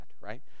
right